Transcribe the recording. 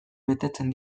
betetzen